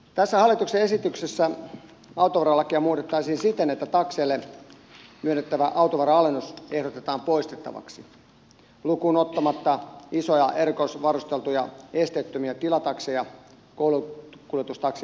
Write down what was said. tässä hallituksen esityksessä autoverolakia muutettaisiin siten että takseille myönnettävä autoveron alennus ehdotetaan poistettavaksi lukuun ottamatta isoja erikoisvarusteltuja esteettömiä tilatakseja koulukuljetustakseja ja invatakseja